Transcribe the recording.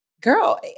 Girl